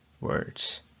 words